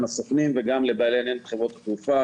הסוכנים וגם לבעלי העניין מחברות התעופה,